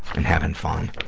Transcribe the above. and having fun.